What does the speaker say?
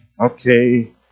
okay